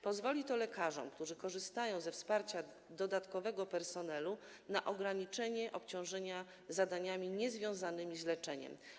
Pozwoli to w wypadku lekarzy, którzy korzystają ze wsparcia dodatkowego personelu, na ograniczenie obciążenia zadaniami niezwiązanymi z leczeniem.